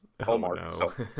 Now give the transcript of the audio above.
Hallmark